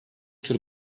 tür